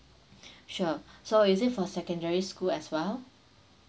sure so is it for secondary school as well